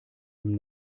dem